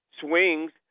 swings